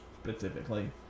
specifically